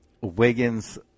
Wiggins